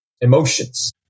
emotions